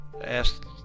asked